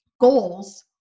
goals